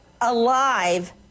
alive